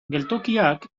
geltokiak